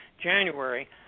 January